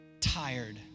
tired